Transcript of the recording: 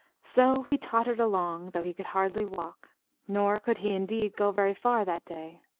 so he tottered along, though he could hardly walk nor could he, indeed, go very far that day.